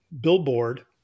billboard